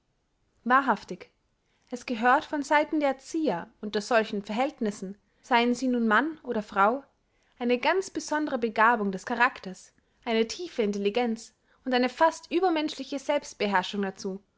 wahrhaftig es gehört von seiten der erzieher unter solchen verhältnissen seien sie nun mann oder frau eine ganz besondre begabung des characters eine tiefe intelligenz und eine fast übermenschliche selbstbeherrschung dazu